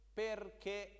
perché